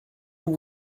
nous